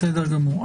בסדר גמור.